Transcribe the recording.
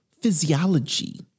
physiology